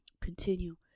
continue